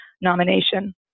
nomination